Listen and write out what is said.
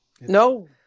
No